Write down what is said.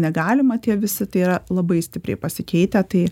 negalima tie visi tai yra labai stipriai pasikeitę tai